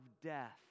death